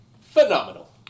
phenomenal